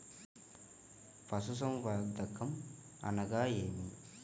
పశుసంవర్ధకం అనగా ఏమి?